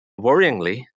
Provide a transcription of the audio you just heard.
worryingly